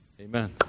Amen